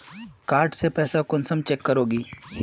Card से पैसा कुंसम चेक करोगी?